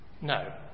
No